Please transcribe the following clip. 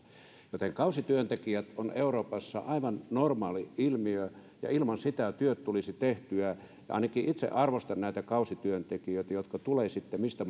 eli kausityöntekijät ovat euroopassa aivan normaali ilmiö ja ilman sitä työt eivät tulisi tehtyä ja ainakin itse arvostan näitä kausityöntekijöitä tulevat he sitten mistä